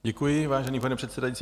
Děkuji, vážený pane předsedající.